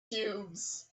cubes